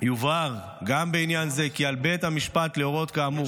יובהר גם בעניין זה כי על בית המשפט להורות כאמור